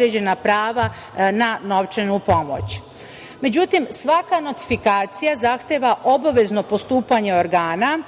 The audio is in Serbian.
određena prava na novčanu pomoć.Međutim, svaka notifikacija zahteva obavezno postupanje organa,